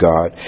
God